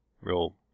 real